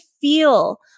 feel